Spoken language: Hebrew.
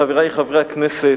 חברי חברי הכנסת,